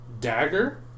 dagger